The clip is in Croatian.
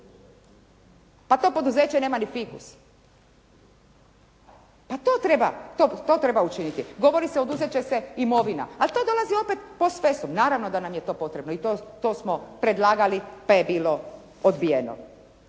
a to poduzeće nema ni fikus. Pa to treba učiniti. Govori se oduzet će se imovina, ali to dolazi opet post festum. Naravno da nam je to potrebno i to smo predlagali pa je bilo odbijeno.